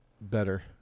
better